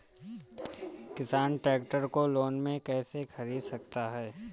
किसान ट्रैक्टर को लोन में कैसे ख़रीद सकता है?